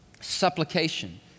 supplication